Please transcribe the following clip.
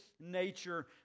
nature